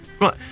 Right